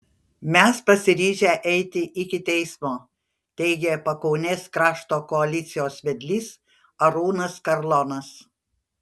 mes pasiryžę eiti iki teismo teigė pakaunės krašto koalicijos vedlys arūnas karlonas